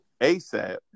ASAP